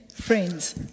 friends